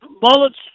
bullets